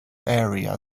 area